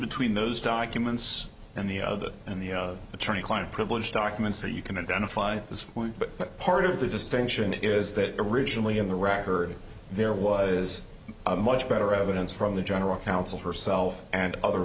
between those documents and the other and the attorney client privilege documents so you can identify at this point but part of the distinction is that originally in the record there was a much better evidence from the general counsel herself and other